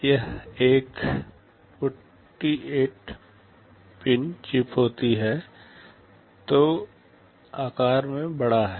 यह एक ४८ pin chip थी तो आकार में बड़ा है